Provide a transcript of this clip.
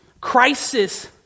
crisis